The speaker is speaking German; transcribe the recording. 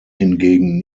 hingegen